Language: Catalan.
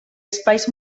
espais